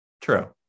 True